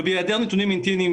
אבל זה לא המצב במציאות.